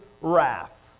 wrath